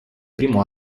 primo